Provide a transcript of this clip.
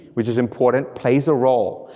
which is important, plays a role,